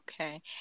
Okay